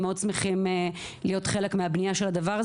מאוד שמחים להיות חלק מהבנייה של הדבר הזה